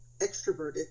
extroverted